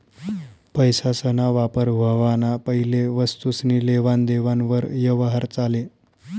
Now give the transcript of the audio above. पैसासना वापर व्हवाना पैले वस्तुसनी लेवान देवान वर यवहार चाले